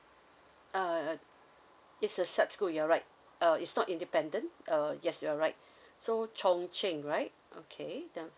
uh it's a SAP school you're right uh it's not independent uh yes you're right so chung cheng right okay